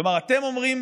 כלומר, אתם אומרים